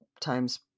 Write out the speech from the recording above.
times